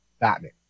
Batman